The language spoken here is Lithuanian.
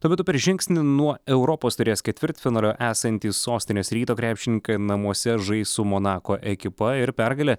tuo metu per žingsnį nuo europos taurės ketvirtfinalio esantys sostinės ryto krepšininkai namuose žais su monako ekipa ir pergalė